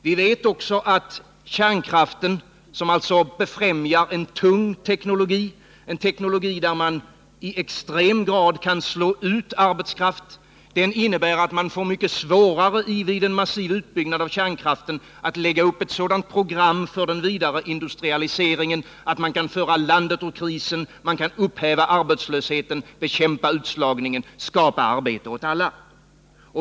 Vi vet också att kärnkraften, som befrämjar en tung teknologi, en teknologi där man i extrem grad kan slå ut arbetskraft, innebär att man får mycket svårare, vid en massiv utbyggnad av kärnkraften, att lägga upp ett sådant program för den vidare industrialiseringen att man kan föra landet ur krisen, upphäva arbetslösheten, bekämpa utslagningen och skapa arbete åt alla.